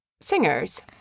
singers